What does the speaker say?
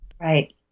Right